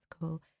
cool